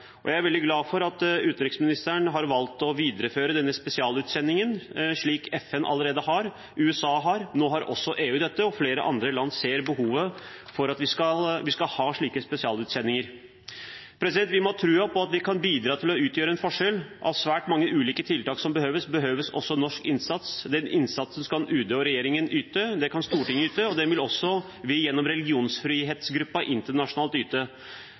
Jeg er veldig glad for at utenriksministeren har valgt å videreføre denne spesialutsendingen, slik FN allerede har, og slik USA har. Nå har også EU dette, og flere andre land ser behovet for å ha slike spesialutsendinger. Vi må ha troen på at vi kan bidra til å utgjøre en forskjell. Av svært mange ulike tiltak som behøves, behøves også norsk innsats, og den innsatsen kan UD og regjeringen yte, det kan Stortinget yte, og det vil også vi gjennom religionsfrihetsgruppa internasjonalt yte.